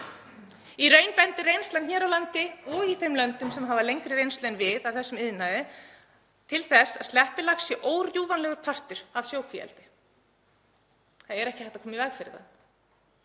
Í raun bendir reynslan hér á landi, og í þeim löndum sem hafa lengri reynslu en við af þessum iðnaði, til þess að sleppilax sé órjúfanlegur partur af sjókvíaeldi. Það er ekki hægt að koma í veg fyrir það.